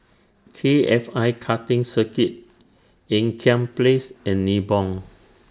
K F I Karting Circuit Ean Kiam Place and Nibong